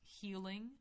healing